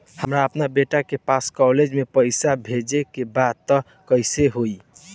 हमरा अपना बेटा के पास कॉलेज में पइसा बेजे के बा त कइसे होई?